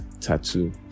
tattoo